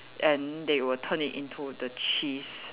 and they will turn it into the cheese